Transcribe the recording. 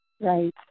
Right